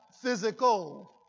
physical